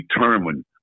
determined